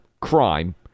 crime